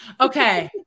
Okay